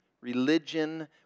religion